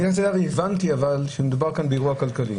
הבנתי שמדובר כאן באירוע כלכלי.